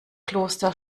kloster